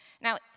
Now